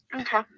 Okay